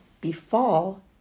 befall